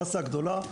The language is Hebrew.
המסה הגדולה,